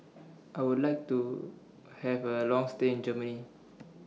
I Would like to Have A Long stay in Germany